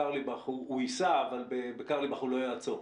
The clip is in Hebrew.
בקרליבך הוא ייסע אבל בקרליבך הוא לא יעצור.